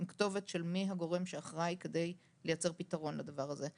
עם כתובת של מי הגורם שאחראי כדי לייצר פיתרון לדבר הזה.